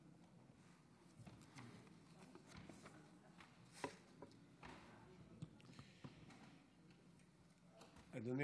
אדוני